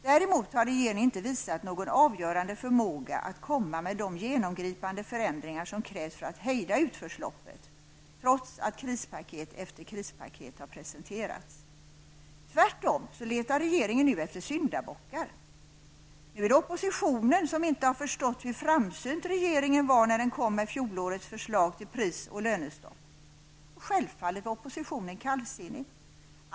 Däremot har regeringen inte visat någon avgörande förmåga att komma med de genomgripande förändringar som krävs för att hejda utförsloppet, trots att krispaket efter krispaket har presenterats. Tvärtom letar regeringen nu efter syndabockar. Nu är det oppositionen som inte har förstått hur framsynt regeringen var när den kom med fjolårets förslag till pris och lönestopp. Självfallet var oppositionen kallsinnig.